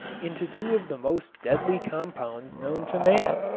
into two of the most deadly compounds known to man,